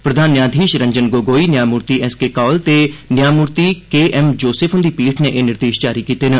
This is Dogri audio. प्रधान न्याऽधीश रंजन गोगाई न्याऽमूर्ति एस के कौल ते न्यायमूर्ति के एम जोसेफ हुंदी पीठ नै एह् निर्देश जारी कीते न